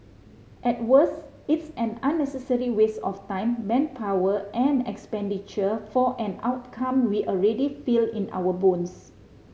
at worst it's an unnecessary waste of time manpower and expenditure for an outcome we already feel in our bones